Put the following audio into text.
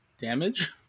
damage